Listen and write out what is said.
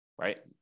right